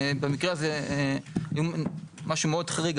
שבמקרה הזה היה משהו חריג מאוד,